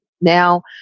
now